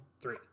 three